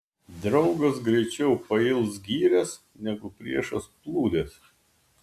draugas greičiau pails gyręs negu priešas plūdes